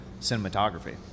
cinematography